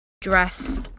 dress